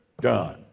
done